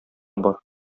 бар